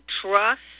trust